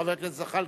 חבר הכנסת זחאלקה,